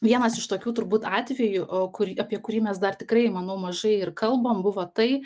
vienas iš tokių turbūt atvejų o kur apie kurį mes dar tikrai manau mažai ir kalbam buvo tai